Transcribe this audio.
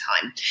time